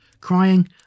Crying